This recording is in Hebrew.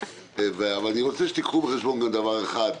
אני רוצה שתיקחו בחשבון דבר אחד.